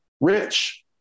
Rich